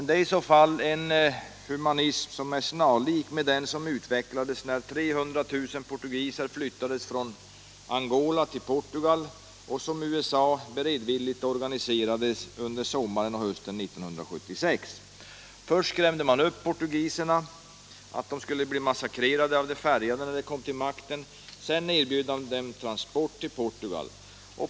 Det är i så fall en humanism som är snarlik den som utvecklades när 300 000 portugiser flyttades från Angola till Portugal — en förflyttning som USA beredvilligt organiserade under sensommaren och hösten 1976. Först skrämde man upp portugiserna med att de skulle bli massakrerade av de färgade när dessa kom till makten, sedan erbjöd man dem transport till Portugal.